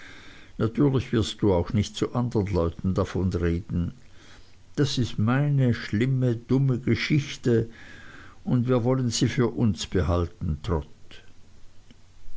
natürlich wirst du auch nicht zu andern leuten davon reden das ist meine schlimme dumme geschichte und wir wollen sie für uns behalten